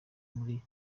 muri